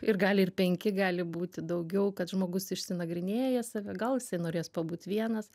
ir gali ir penki gali būti daugiau kad žmogus išsinagrinėja save gal jisai norės pabūt vienas